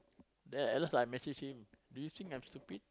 then at last I message him do you think I'm stupid